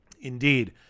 Indeed